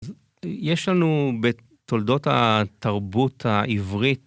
יש לנו בתולדות התרבות העברית